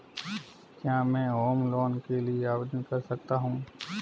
क्या मैं home loan के लिए आवेदन कर सकता हूं?